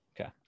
Okay